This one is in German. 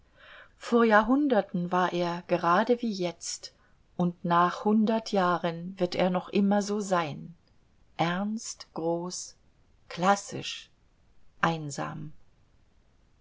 vor jahrhunderten war er gerade wie jetzt und nach hundert jahren wird er noch immer so sein ernst groß klassisch einsam